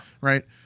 Right